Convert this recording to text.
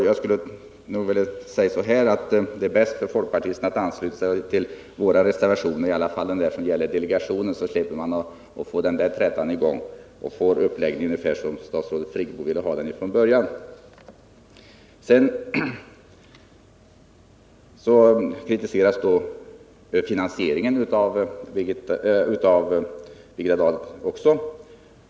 Jag skulle därför vilja säga att det är bäst för folkpartisterna att de ansluter sig till våra reservationer — åtminstone till den som gäller energihushållningsdelegationens uppgifter — så att ni slipper trätan med socialdemokraterna och så att Birgit Friggebo får den uppläggning som hon egentligen vill ha. Birgitta Dahl kritiserade också finansieringen.